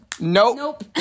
Nope